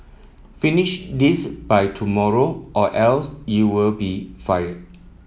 finish this by tomorrow or else you'll be fired